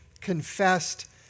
confessed